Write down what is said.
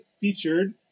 featured